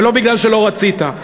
ולא בגלל שלא רצית.